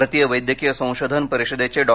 भारतीय वैद्यकीय संशोधन परिषदेचे डॉ